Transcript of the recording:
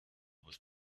with